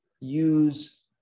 use